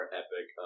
epic